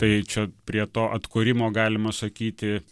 tai čia prie to atkūrimo galima sakyti